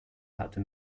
hatte